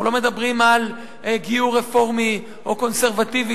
אנחנו לא מדברים על גיור רפורמי או קונסרבטיבי,